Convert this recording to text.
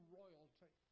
royalty